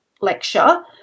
lecture